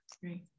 Great